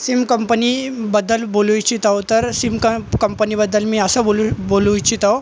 SIM कंपनीबद्दल बोलू इच्छित आहो तर सीम क कंपनीबद्दल मी असं बोलू बोलू इच्छि